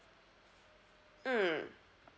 mm